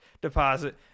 deposit